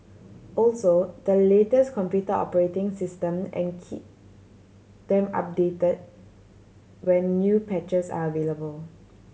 also the latest computer operating system and key them update when new patches are available